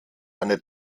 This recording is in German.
eine